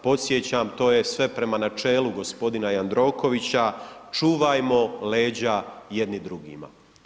Podsjećam, to je sve prema načelu gospodina Jandrokovića, čuvajmo leđa jedni drugima.